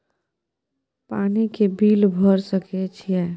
पानी के बिल भर सके छियै?